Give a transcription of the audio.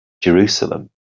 Jerusalem